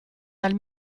dal